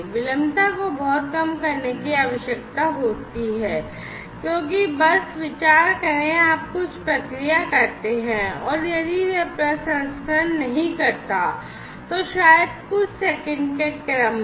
विलंबता को बहुत कम करने की आवश्यकता होती है क्योंकि बस विचार करें कि आप कुछ प्रक्रिया करते हैं और यदि यह प्रसंस्करण नहीं करता है तो शायद कुछ सेकंड के क्रम में